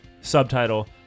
Subtitle